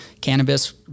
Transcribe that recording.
cannabis